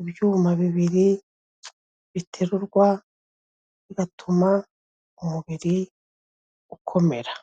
ibyuma bibiri biterurwa bigatuma umubiri ukomera.